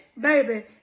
baby